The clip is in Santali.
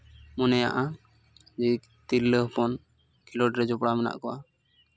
ᱢᱚᱱᱮᱭᱟᱜᱼᱟ ᱡᱮ ᱛᱤᱨᱞᱟᱹ ᱦᱚᱯᱚᱱ ᱠᱷᱮᱞᱳᱰ ᱨᱮ ᱡᱚᱯᱲᱟᱣ ᱢᱮᱱᱟᱜ ᱠᱚᱣᱟ